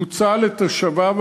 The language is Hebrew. סליחה,